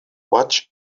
watch